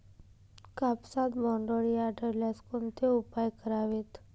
कापसात बोंडअळी आढळल्यास कोणते उपाय करावेत?